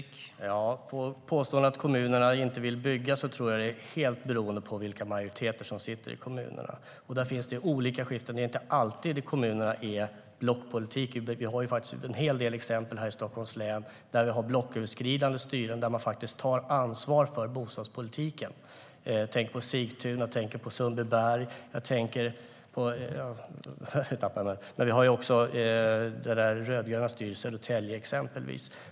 Herr talman! Vad gäller påståendet att kommunerna inte vill bygga: Det är nog helt beroende av vilka majoriteter som sitter i kommunerna. Det är olika, och det är inte alltid blockpolitik i kommunerna. Det finns en del exempel i Stockholms län på blocköverskridande styren där man tar ansvar för bostadspolitiken, till exempel Sigtuna, Sundbyberg och det rödgröna styret i Södertälje.